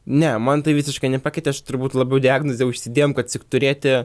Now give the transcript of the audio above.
ne man tai visiškai nepakeitė aš turbūt labiau diagnozę užsidėjom kad siog turėti